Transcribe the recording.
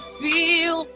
feel